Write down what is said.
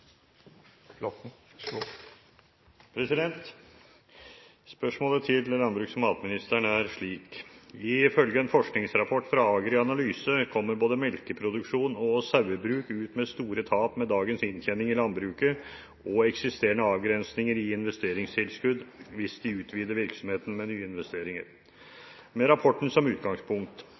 området. Spørsmålet til landbruks- og matministeren er slik: «Ifølge en forskningsrapport fra AgriAnalyse kommer både melkeproduksjon og sauebruk ut med store tap med dagens inntjening i landbruket og eksisterende avgrensninger i investeringstilskudd hvis de utvider virksomheten med nyinvesteringer. Med rapporten som utgangspunkt,